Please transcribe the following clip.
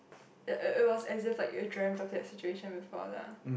it it was as if like you dreamt total the situation before lah